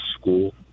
school